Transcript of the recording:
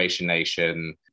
nation